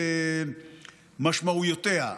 משמעויותיה,